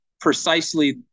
precisely